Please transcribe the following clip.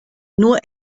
nur